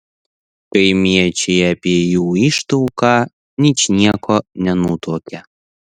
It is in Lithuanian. kaimiečiai apie jų ištuoką ničnieko nenutuokė